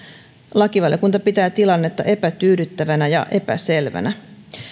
lakivaliokunta pitää tilannetta epätyydyttävänä ja epäselvänä